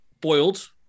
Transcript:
boiled